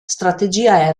strategia